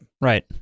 Right